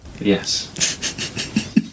Yes